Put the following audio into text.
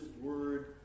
word